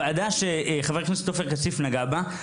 ועדה שחבר הכנסת עופר כסיף נגע בה,